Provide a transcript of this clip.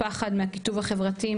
פחד מהקיטוב החברתי,